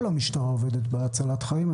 כל המשטרה עובדת בהצלת חיים,